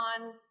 on